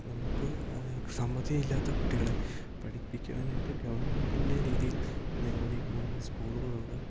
നമുക്ക് സാമ്പത്തികമില്ലാത്ത കുട്ടികളെ പഠിപ്പിക്കുവാനായിട്ട് ഗവൺമെൻ്റിൻ്റെ രീതിയിൽ നിരവധി ഗവൺമെൻറ്റ് സ്കൂളുകളുണ്ട്